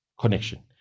connection